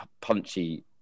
punchy